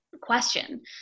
question